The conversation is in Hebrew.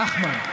נחמן.